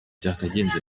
byakagenze